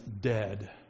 dead